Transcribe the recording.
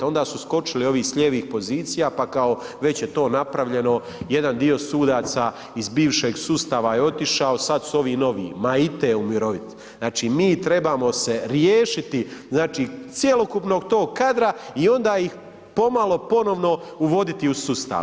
Onda su skočili ovi sa lijevih pozicija pa kao već je to napravljeno, jedan dio sudaca iz bivšeg sustava je otišao, sad su ovi novi, ma i te umiroviti znači mi trebamo se riješiti, znači cjelokupnog tog kadra i onda ih pomalo ponovo uvoditi u sustav.